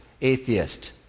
atheist